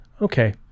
okay